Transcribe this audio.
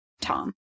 Tom